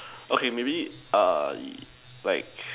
okay maybe err like